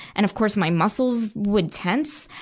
and of course, my muscles would tense.